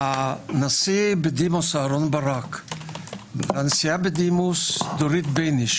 הנשיא בדימוס אהרן ברק והנשיאה בדימוס דורית בייניש